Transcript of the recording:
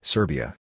Serbia